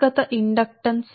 ఇది ఒక్క కండక్టర్కు